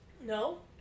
No